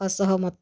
ଅସହମତ